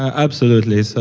ah absolutely. so